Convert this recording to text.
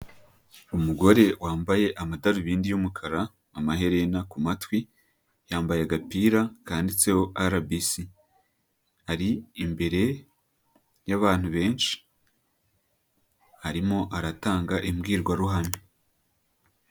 Umugore wambaye amadarubindi y'umukara, amaherena ku matwi, yambaye agapira kanditseho RBC. Ari imbere y'abantu benshi, arimo aratanga imbwirwaruhame.